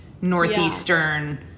Northeastern